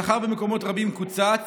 השכר במקומות רבים קוצץ.